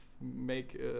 make